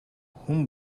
хүн